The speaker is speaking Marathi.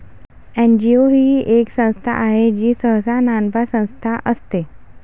एन.जी.ओ ही एक संस्था आहे जी सहसा नानफा संस्था असते